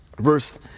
verse